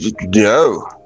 no